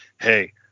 hey